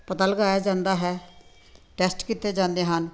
ਪਤਾ ਲਗਾਇਆ ਜਾਂਦਾ ਹੈ ਟੈਸਟ ਕੀਤੇ ਜਾਂਦੇ ਹਨ